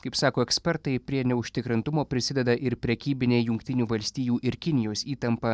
kaip sako ekspertai prie neužtikrintumo prisideda ir prekybinė jungtinių valstijų ir kinijos įtampa